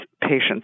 patients